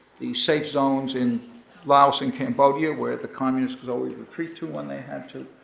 the safe-zones in laos and cambodia, where the communists could always retreat to when they had to,